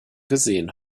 gesehen